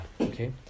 okay